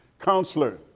counselor